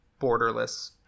borderless